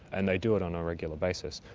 and they do it on a regular basis.